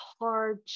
hard